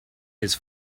his